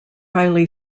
highly